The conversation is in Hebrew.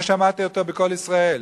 אני שמעתי אותו ב"קול ישראל".